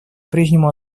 прежнему